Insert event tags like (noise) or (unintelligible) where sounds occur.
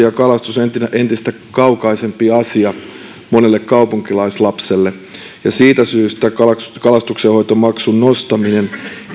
(unintelligible) ja kalastus ovat valitettavasti entistä kaukaisempia asioita monelle kaupunkilaislapselle ja siitä syystä kalastuksenhoitomaksun nostaminen